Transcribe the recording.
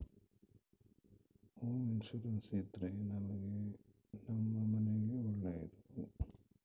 home insurance ಇದ್ರೆ ನಮ್ ಮನೆಗ್ ಒಳ್ಳೇದು